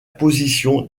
position